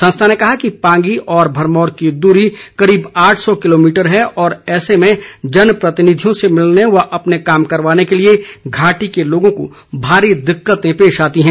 संस्था ने कहा कि पांगी और भरमौर की दूरी करीब आठ सौ किलोमीटर है और ऐसे में जन प्रतिनिधियों से मिलने व अपने काम करवाने के लिए घाटी के लोगों को भारी दिक्कतें पेश आती है